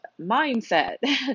mindset